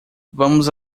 vamos